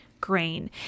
grain